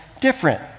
different